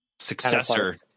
successor